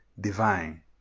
divine